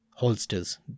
Holsters